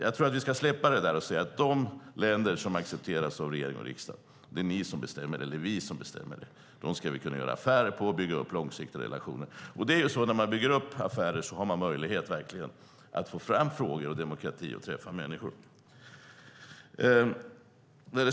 Jag tror att vi ska släppa det där och säga att det är regering och riksdag som bestämmer vilka länder som accepteras. Det är vi här som bestämmer det. De länderna ska vi kunna göra affärer med och bygga upp långsiktiga relationer med. Det är när man bygger upp affärskontakter som man har möjlighet att föra fram frågor om demokrati och träffa människor.